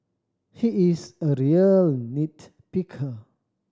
he is a real nit picker